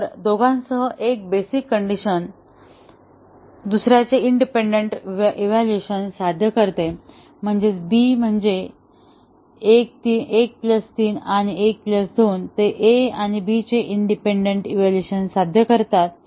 तर दोघांसह एक बेसिक कण्डिशन 2 चे इंडिपेंडंट इव्हॅल्युएशन साध्य करते म्हणजे B म्हणजे 1 3 1 प्लस 3 आणि 1 प्लस 2 ते a आणि b चे इंडिपेंडंट इव्हॅल्युएशन साध्य करतात